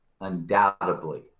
undoubtedly